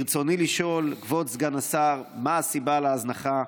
ברצוני לשאול, כבוד סגן השר: 1. מה הסיבה להזנחה?